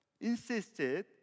insisted